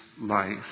life